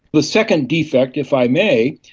the second defect, if i may,